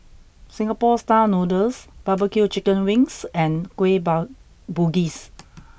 Singapore Style Noodles Barbecue Chicken Wings and Kueh about Bugis